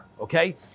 okay